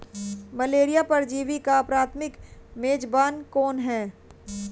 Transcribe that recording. Malaria परजीवी का प्राथमिक मेजबान कौन है?